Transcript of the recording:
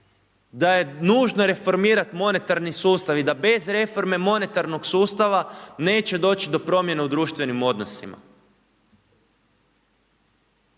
da je nužno reformirati monetarni sustav i da bez reforme monetarnog sustava neće doći do promjene u društvenim odnosima.